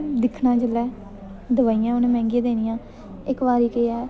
दिक्खना जेल्लै दवाइयां उ'नें मैंह्गियां देनियां इक बारी केह् ऐ